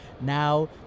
now